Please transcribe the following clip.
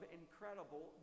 incredible